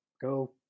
go